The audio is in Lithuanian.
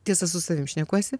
tiesa su savim šnekuosi